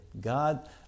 God